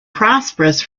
prosperous